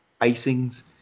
icings